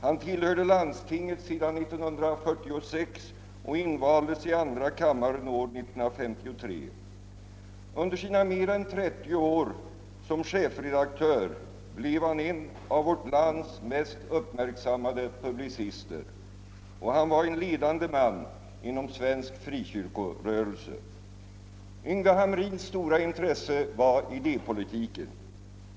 Han tillhörde landstinget sedan år 1946 och invaldes i andra kammaren år 1953. Under sina mer än 30 år som chefredaktör blev han en av vårt lands mest uppmärksammade publicister, och han var en ledande man inom svensk frikyrkorörelse. Yngve Hamrins stora intresse var idépolitiken.